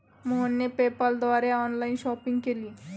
मोहनने पेपाल द्वारे online shopping केली